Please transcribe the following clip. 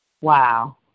Wow